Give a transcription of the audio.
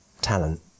talent